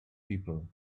people